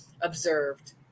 observed